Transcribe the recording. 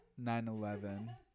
9-11